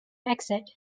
exit